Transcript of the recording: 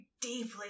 deeply